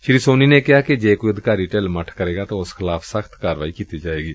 ਸ੍ਰੀ ਸੋਨੀ ਨੇ ਕਿਹਾ ਕਿ ਜੇ ਕੋਈ ਅਧਿਕਾਰੀ ਢਿੱਲ ਮੱਠ ਕਰੇਗਾ ਤਾਂ ਉਸ ਖਿਲਾਫ਼ ਸਖ਼ਤ ਕਾਰਵਾਈ ਕੀਤੀ ਜਾਏਗੀ